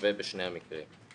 שווה בשני המקרים.